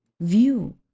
view